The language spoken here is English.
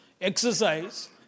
exercise